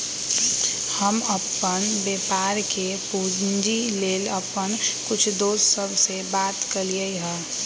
हम अप्पन व्यापार के पूंजी लेल अप्पन कुछ दोस सभ से बात कलियइ ह